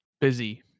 busy